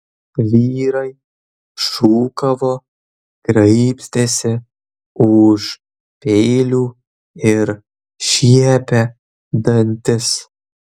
vyrai šūkavo graibstėsi už peilių ir šiepė dantis